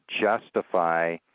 justify